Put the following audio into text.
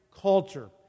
culture